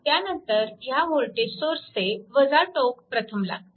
त्यानंतर ह्या वोल्टेज सोर्सचे टोक प्रथम लागते